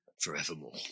forevermore